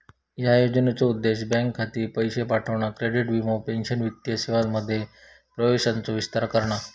ह्या योजनेचो उद्देश बँक खाती, पैशे पाठवणा, क्रेडिट, वीमो, पेंशन वित्तीय सेवांमध्ये प्रवेशाचो विस्तार करणा